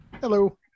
Hello